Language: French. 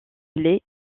les